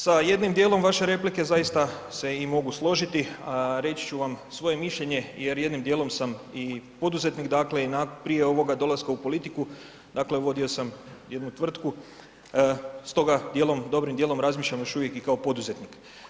Sa jednim dijelom vaše replike zaista se i mogu složiti, a reći ću vam svoje mišljenje jer jednim dijelom sam i poduzetnik i prije ovoga dolaska u politiku vodio sam jednu tvrtku, stoga dobrim dijelom razmišljam još uvijek kao poduzetnik.